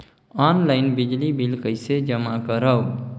Online बिजली bill कइसे जमा करव?